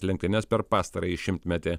lenktynes per pastarąjį šimtmetį